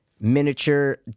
miniature